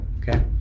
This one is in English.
Okay